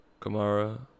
Kamara